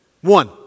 One